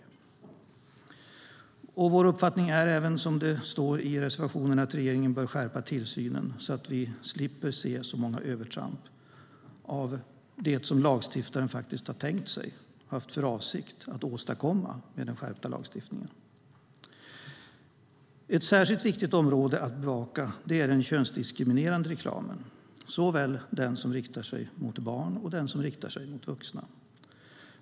Det är även vår uppfattning, som det står i reservationen, att regeringen bör skärpa tillsynen så att vi slipper se så många övertramp när det gäller det som lagstiftaren faktiskt haft för avsikt att åstadkomma med den skärpta lagstiftningen. Ett särskilt viktigt område att bevaka är den könsdiskriminerande reklamen, såväl den som riktar sig mot barn som den som riktar sig mot vuxna.